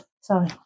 sorry